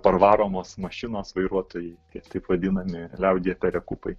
parvaromos mašinos vairuotojai taip vadinami liaudyje perekupai